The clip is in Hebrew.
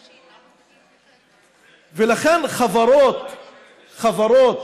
לכן, חברות